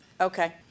Okay